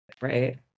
right